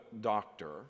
doctor